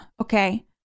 okay